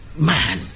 man